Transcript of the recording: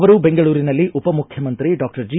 ಅವರು ಬೆಂಗಳೂರಿನಲ್ಲಿ ಉಪಮುಖ್ಯಮಂತ್ರಿ ಡಾಕ್ಷರ್ ಜಿ